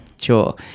Sure